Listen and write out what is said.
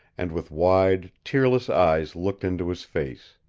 and with wide, tearless eyes looked into his face.